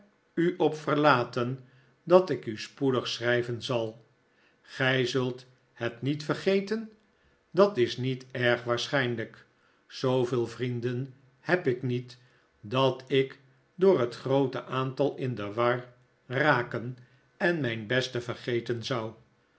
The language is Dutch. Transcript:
u op verlaten dat ik u spoedig schrijven zal gij zult het niet vergeten dat is niet erg waarschijnlijk zooveel vrienden heb ik niet dat ik door het groote aantal in de war raken en mijn beste vergeten zou